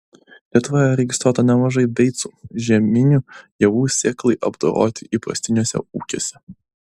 lietuvoje registruota nemažai beicų žieminių javų sėklai apdoroti įprastiniuose ūkiuose